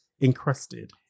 encrusted